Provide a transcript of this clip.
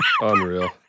Unreal